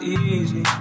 easy